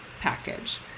Package